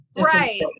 Right